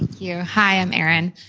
yeah hi, i'm erin.